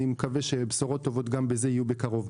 אני מקווה שבשורות טובות גם בזה יהיו בקרוב.